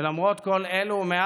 ולמרות כל אלו,